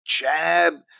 Chab